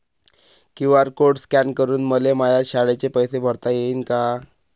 QR code scan करून मले माया शाळेचे पैसे भरता येईन का?